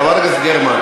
חברת הכנסת גרמן.